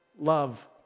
love